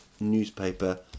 newspaper